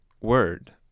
word